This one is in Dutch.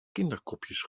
kinderkopjes